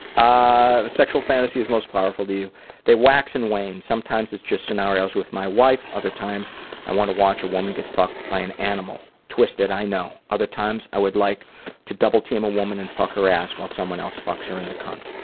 sexual fantasies most powerful to you they wax and wane. sometimes it's just scenarios with my wife, other times i want to watch a woman get fucked by an animal. twisted, i know. other time i would like to double team? a woman and fuck her ass while someone else fucks her in the cunt.